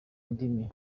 indimi